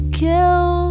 kill